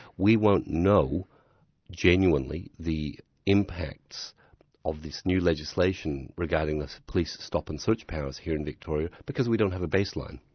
we won't know genuinely the impacts of this new legislation regarding the police stop and search powers here in victoria, because we don't have a baseline.